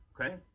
Okay